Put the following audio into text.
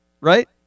right